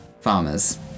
Farmers